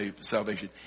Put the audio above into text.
salvation